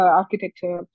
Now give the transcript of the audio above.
architecture